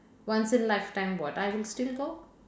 once in lifetime what I would still go